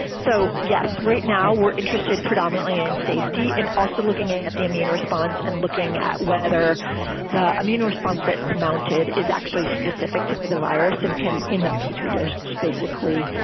so, yes, right now we're interested predominantly in safety and also looking at at the immune response and looking at whether the immune response that's mounted is actually specific to the the virus and can in a petri dish, basically.